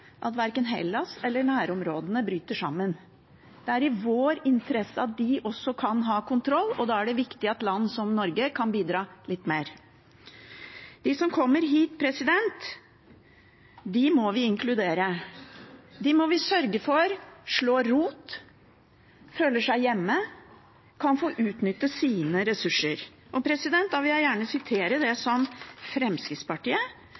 at verken Hellas eller nærområdene bryter sammen. Det er i vår interesse at de også kan ha kontroll, og da er det viktig at land som Norge kan bidra litt mer. De som kommer hit, må vi inkludere og sørge for at slår rot, føler seg hjemme og kan få utnyttet sine ressurser. Da vil jeg gjerne sitere det